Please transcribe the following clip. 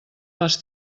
les